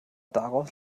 daraus